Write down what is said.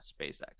SpaceX